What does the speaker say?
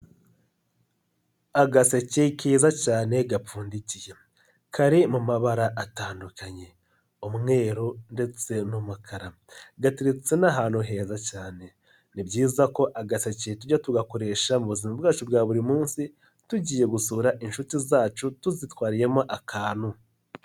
Agaseke keza cyane gapfundikiye, kari mu mabara atandukanye umweru ndetse n'umukara gateretse n'ahantu heza cyane, ni byiza ko agaseke tujya tugakoresha mu buzima bwacu bwa buri munsi, tugiye gusura inshuti zacu tuzitwariyemo akantu.